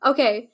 Okay